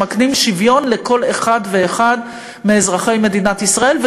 שמקנים שוויון לכל אחד ואחד מאזרחי מדינת ישראל.